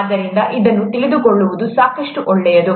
ಆದ್ದರಿಂದ ಇದನ್ನು ತಿಳಿದುಕೊಳ್ಳುವುದು ಸಾಕಷ್ಟು ಒಳ್ಳೆಯದು